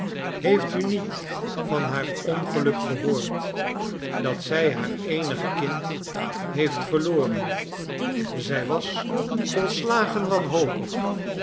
heeft u niet van haar ongeluk gehoord dat zij haar eenig kind heeft verloren zij was volslagen wanhopig